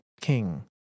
king